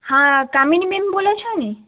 હા કામીનીબેન બોલો છો ને